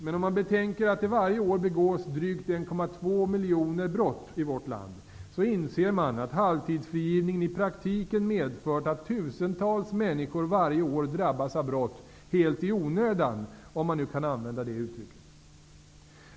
Men om man betänker att det varje år begås drygt 1,2 miljoner brott i vårt land inser man att halvtidsfrigivningen i praktiken medfört att tusentals människor varje år drabbas av brott helt ''i onödan'' -- om nu det uttrycket kan användas.